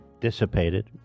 dissipated